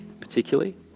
particularly